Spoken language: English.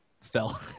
fell